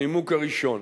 הנימוק הראשון: